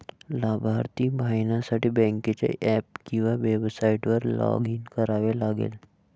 लाभार्थी पाहण्यासाठी बँकेच्या ऍप किंवा वेबसाइटवर लॉग इन करावे लागेल